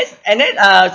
and then uh